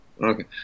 Okay